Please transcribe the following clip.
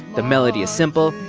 the melody is simple.